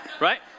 right